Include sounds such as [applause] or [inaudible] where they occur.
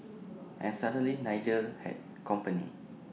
[noise] and suddenly Nigel had company